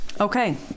Okay